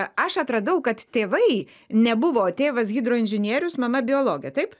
aš atradau kad tėvai nebuvo tėvas hidroinžinierius mama biologė taip